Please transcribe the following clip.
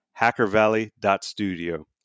HackerValley.studio